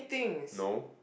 no